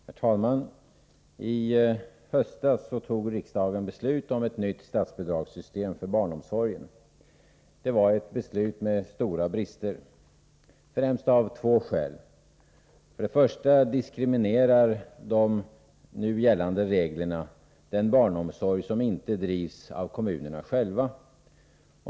Herr talman! I höstas tog riksdagen beslut om ett nytt statsbidragssystem för barnomsorgen. Det var ett beslut med stora brister, främst av två skäl. För det första diskriminerar reglerna den barnomsorg som inte drivs av kommunerna själva.